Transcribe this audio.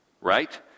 right